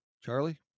Charlie